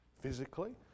physically